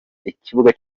ikibuga